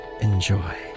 Enjoy